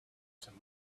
some